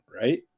right